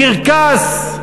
קרקס.